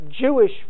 Jewish